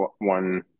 one